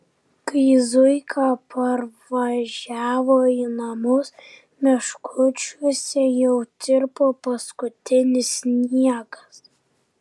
kai zuika parvažiavo į namus meškučiuose jau tirpo paskutinis sniegas